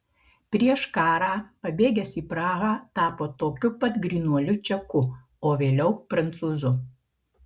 prieš karą pabėgęs į prahą tapo tokiu pat grynuoliu čeku o vėliau prancūzu